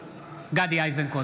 (קורא בשמות חברי הכנסת) גדי איזנקוט,